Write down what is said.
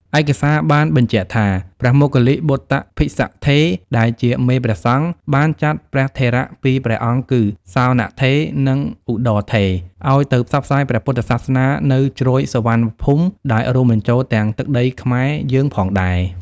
ឯកសារបានបញ្ជាក់ថា ព្រះមោគ្គល្លិបុត្តភិស្សត្ថេរ ដែលជាមេព្រះសង្ឃ បានចាត់ព្រះថេរពីរព្រះអង្គគឺ សោណត្ថេរ និង ឧត្តរត្ថេរ ឱ្យទៅផ្សព្វផ្សាយព្រះពុទ្ធសាសនានៅ ជ្រោយសុវណ្ណភូមិ ដែលរួមបញ្ចូលទាំងទឹកដីខ្មែរយើងផងដែរ។